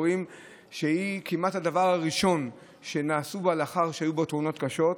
והיא כמעט הדבר הראשון שנעשה לאחר שהיו בו תאונות קשות.